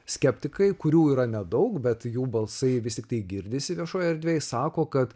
skeptikai kurių yra nedaug bet jų balsai vis tiktai girdisi viešoj erdvėj sako kad